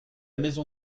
maison